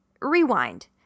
Rewind